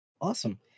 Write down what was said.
Awesome